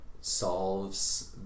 solves